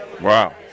Wow